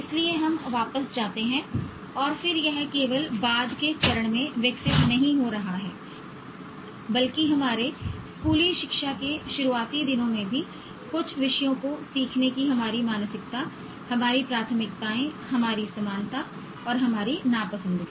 इसलिए हम वापस जाते हैं और फिर यह केवल बाद के चरण में विकसित नहीं हो रहा है बल्कि हमारे स्कूली शिक्षा के शुरुआती दिनों में भी कुछ विषयों को सीखने की हमारी मानसिकता हमारी प्राथमिकताएं हमारी समानता और हमारी नापसंदगी